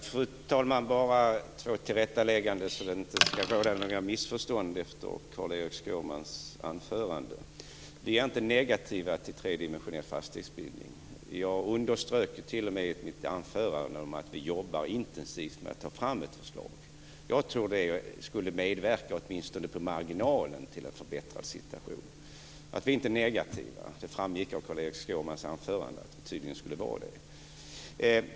Fru talman! Jag vill bara göra två tillrättalägganden så att det inte ska råda några missförstånd efter Vi är inte negativa till tredimensionell fastighetsbildning. Jag underströk t.o.m. i mitt anförande att vi jobbar intensivt med att ta fram ett förslag. Jag tror att det skulle medverka åtminstone på marginalen till en förbättrad situation. Vi är inte negativa. Det framgick av Carl-Erik Skårmans anförande att vi tydligen skulle vara det.